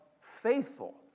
faithful